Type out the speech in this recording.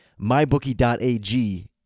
mybookie.ag